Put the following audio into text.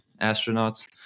astronauts